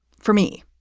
for me,